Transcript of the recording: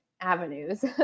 avenues